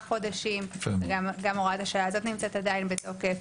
חודשים; וגם הוראת השעה הזאת נמצאת עדיין בתוקף.